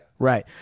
right